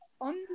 on